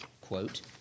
quote